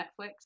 Netflix